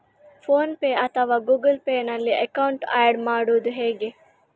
Phone pay ಅಥವಾ Google Pay ನಲ್ಲಿ account add ಮಾಡುವುದು ಹೇಗೆ?